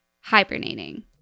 hibernating